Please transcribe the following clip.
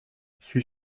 suis